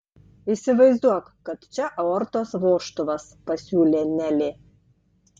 įsivaizduok kad čia aortos vožtuvas pasiūlė nelė